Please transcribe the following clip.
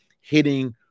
hitting